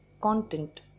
content